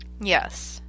Yes